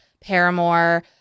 Paramore